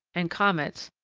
and comets,